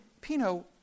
Pino